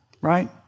right